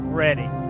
ready